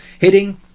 hitting